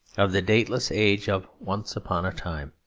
of the dateless age of once-upon-a-time.